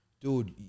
dude